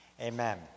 Amen